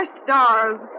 stars